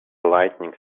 lightning